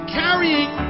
carrying